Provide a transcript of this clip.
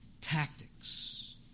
tactics